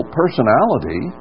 personality